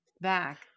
back